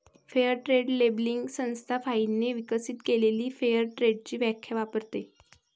fair trade labelling संस्था फाइनने विकसित केलेली फेअर ट्रेडची व्याख्या वापरते